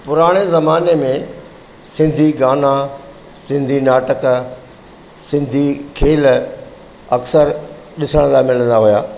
पुराणे ज़माने में सिंधी गाना सिंधी नाटक सिंधी खेल अक्सरि ॾिसण लाइ मिलंदा हुआ